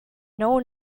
know